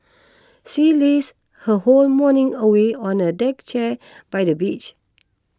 she lazed her whole morning away on a deck chair by the beach